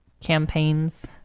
campaigns